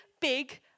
big